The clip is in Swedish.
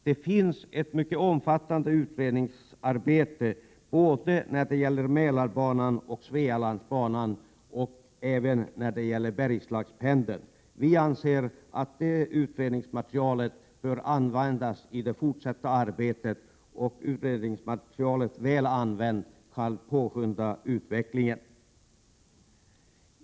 Det finns ett mycket omfattande utredningsarbete både när det gäller Mälarbanan och när det gäller Svealandsbanan och även beträffande Bergslagspendeln. Vi anser att detta utredningsmaterial bör användas i det fortsatta arbetet och att utredningsmaterialet, väl använt, kan påskynda utvecklingen.